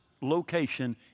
location